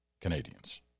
Canadians